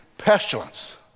pestilence